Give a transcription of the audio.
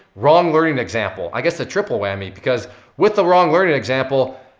wrong learning example. i guess a triple whammy. because with the wrong learning example,